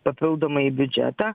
papildomai į biudžetą